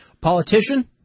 Politician